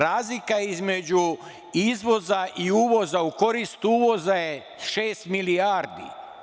Razlika između izvoza i uvoza u korist uvoza je šest milijardi.